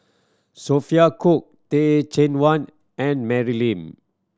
Sophia Cooke Teh Cheang Wan and Mary Lim